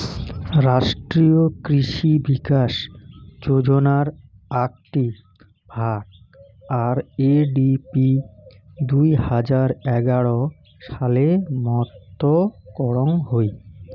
রাষ্ট্রীয় কৃষি বিকাশ যোজনার আকটি ভাগ, আর.এ.ডি.পি দুই হাজার এগার সালে মত করং হই